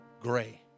gray